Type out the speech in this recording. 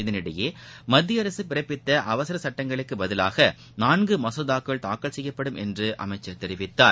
இதனிடையே மத்திய அரசு பிறப்பித்த அவசர சட்டங்களுக்கு பதிவாக நான்கு மசோதாக்கள் தாக்கல் செய்யப்படும் என்று அமைச்சர் தெரிவித்தார்